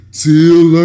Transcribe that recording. till